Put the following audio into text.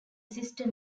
sister